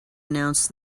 announce